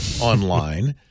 online